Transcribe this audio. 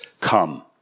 Come